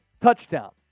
touchdown